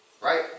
right